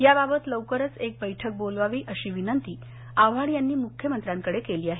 याबाबत लवकरच एक बैठक बोलवावी अशी विनंती आव्हाड यांनी मुख्यमंत्र्यांकडे केली आहे